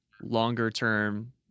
longer-term